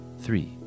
Three